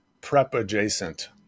prep-adjacent